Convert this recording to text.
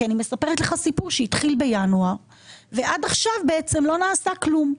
כי אני מספרת לך סיפור שהתחיל בינואר ועד עכשיו בעצם לא נעשה כלום.